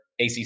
ACC